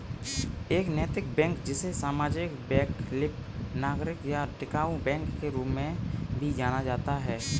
एक नैतिक बैंक जिसे सामाजिक वैकल्पिक नागरिक या टिकाऊ बैंक के रूप में भी जाना जाता है